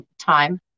Time